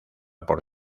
por